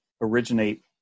originate